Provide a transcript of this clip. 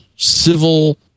civil